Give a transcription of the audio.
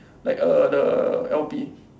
like uh the L_P